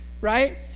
right